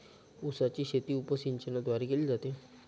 उसाची शेती उपसिंचनाद्वारे केली जाते